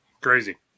Crazy